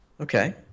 Okay